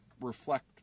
reflect